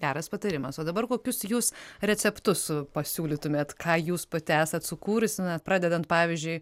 geras patarimas o dabar kokius jūs receptus pasiūlytumėt ką jūs pati esat sukūrusi na pradedant pavyzdžiui